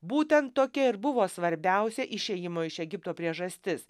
būtent tokia ir buvo svarbiausia išėjimo iš egipto priežastis